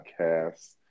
podcast